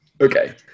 Okay